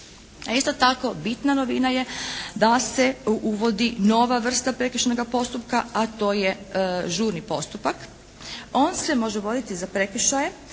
isto tako bitna novina je da se uvodi nova vrsta prekršajnoga postupka, a to je žurni postupak. On se može voditi za prekršaje